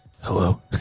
Hello